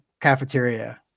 cafeteria